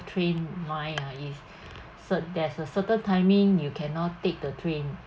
train line ah is cer~ there's a certain timing you cannot take the train